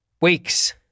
weeks